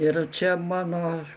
ir čia mano